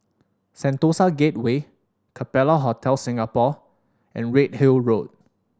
Sentosa Gateway Capella Hotel Singapore and Redhill Road